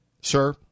sir